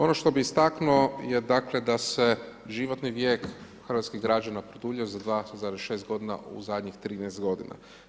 Ono što bih istaknuo je, dakle, da se životni vijek hrvatskih građana produljio za 2,6 godina u zadnjih 13 godina.